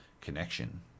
connection